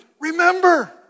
Remember